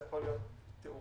זה יכול להיות תאורה